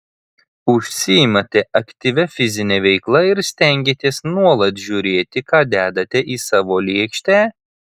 užsiimate aktyvia fizine veikla ir stengiatės nuolat žiūrėti ką dedate į savo lėkštę